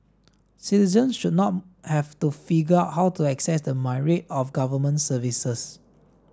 citizens should not have to figure out how to access the myriad of government services